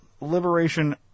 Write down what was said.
Liberation